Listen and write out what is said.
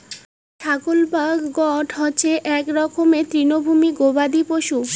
ছাগল বা গোট হসে আক রকমের তৃণভোজী গবাদি পশু